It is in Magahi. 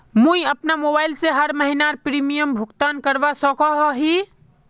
मुई अपना मोबाईल से हर महीनार प्रीमियम भुगतान करवा सकोहो ही?